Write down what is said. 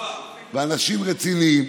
אנשים רציניים.